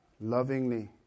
lovingly